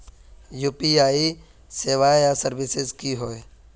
UPI सेवाएँ या services की होय?